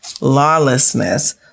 lawlessness